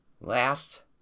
Last